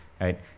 Right